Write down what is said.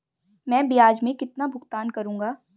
मैं ब्याज में कितना भुगतान करूंगा?